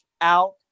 out